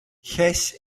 gijs